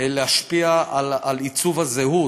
להשפיע על עיצוב הזהות.